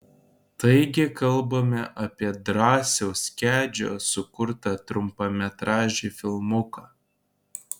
taigi kalbame apie drąsiaus kedžio sukurtą trumpametražį filmuką